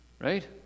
right